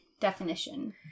definition